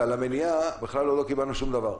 ועל המניעה בכלל לא קיבלנו שום דבר.